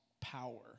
power